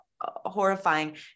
horrifying